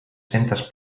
centes